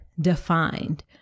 defined